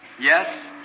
yes